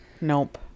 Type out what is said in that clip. nope